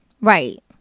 Right